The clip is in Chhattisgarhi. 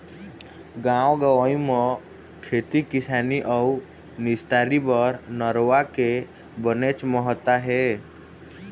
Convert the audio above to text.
गाँव गंवई म खेती किसानी अउ निस्तारी बर नरूवा के बनेच महत्ता हे